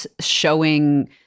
showing